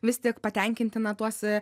vis tiek patenkinti na tuos